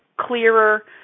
clearer